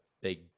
big